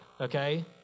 Okay